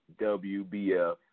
WBF